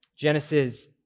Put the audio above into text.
Genesis